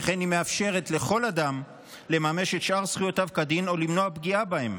שכן היא מאפשרת לכל אדם לממש את שאר זכויותיו כדין או למנוע פגיעה בהן".